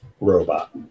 robot